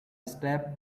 step